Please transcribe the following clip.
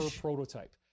prototype